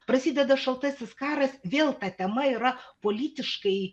prasideda šaltasis karas vėl tema yra politiškai